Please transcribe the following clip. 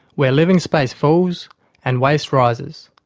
where living space falls and waste rises.